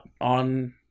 on